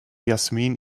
jasmin